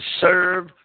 serve